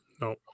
No